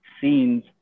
scenes